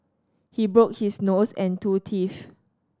he broke his nose and two teeth